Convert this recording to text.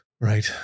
right